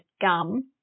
gum